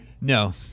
No